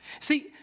See